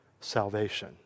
salvation